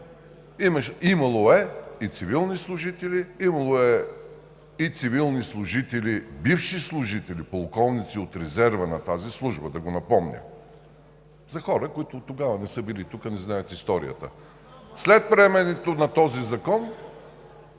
имало и цивилни служители, имало е и бивши цивилни служители – полковници от резерва, на тази служба – да го напомня на хората, които тогава не са били тук и не знаят историята. След приемането на този закон